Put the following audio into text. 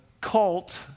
cult